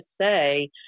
say